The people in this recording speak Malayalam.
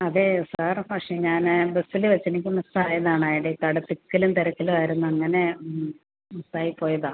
അതെ സാർ പക്ഷേ ഞാൻ ആ ബസ്സിൽ വെച്ച് എനിക്ക് മിസ്സ് ആയതാണ് ഐ ഡി കാർഡ് തിക്കിലും തിരക്കിലും ആയിരുന്നു അങ്ങനെ മിസ്സ് ആയിപ്പോയതാണ്